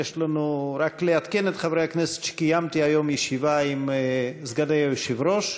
רק לעדכן את חברי הכנסת: קיימתי היום ישיבה עם סגני היושב-ראש,